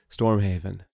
Stormhaven